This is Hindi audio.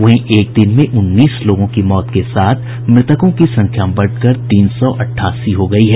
वहीं एक दिन में उन्नीस लोगों की मौत के साथ मृतकों की संख्या बढ़कर तीन सौ अठासी हो गयी है